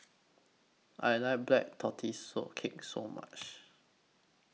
I like Black Tortoise Cake So much